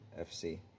FC